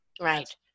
right